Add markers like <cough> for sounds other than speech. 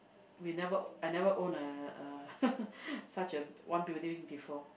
we never I never own a a <laughs> such a one building before